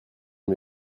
une